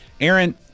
aaron